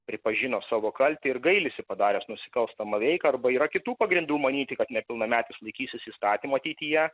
pripažino savo kaltę ir gailisi padaręs nusikalstamą veiką arba jo kitų pagrindų manyti kad nepilnametis laikysis įstatymų ateityje